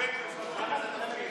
השר לביטחון לאומי,